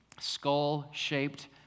skull-shaped